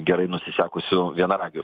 gerai nusisekusių vienaragių